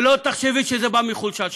שלא תחשבי שזה בא מחולשה שלנו,